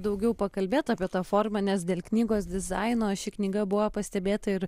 daugiau pakalbėti apie tą formą nes dėl knygos dizaino ši knyga buvo pastebėta ir